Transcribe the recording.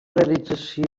realització